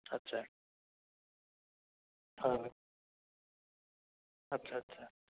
আচ্ছা হয় হয় আচ্ছা আচ্ছা